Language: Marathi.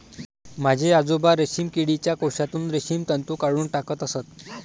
माझे आजोबा रेशीम किडीच्या कोशातून रेशीम तंतू काढून टाकत असत